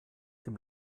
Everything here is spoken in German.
dem